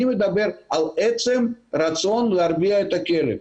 אני מדבר על עצם הרצון להרביע את הכלב.